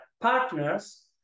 partners